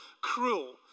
cruel